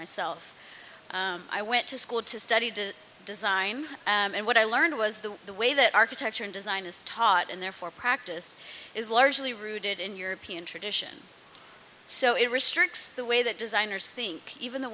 myself i went to school to study design and what i learned was that the way that architecture and design is taught and therefore practiced is largely rooted in european tradition so it restricts the way that designers think even the